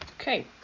Okay